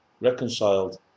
reconciled